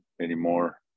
anymore